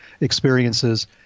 experiences